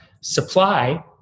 supply